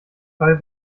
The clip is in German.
fall